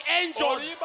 angels